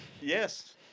Yes